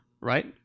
right